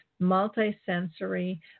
multi-sensory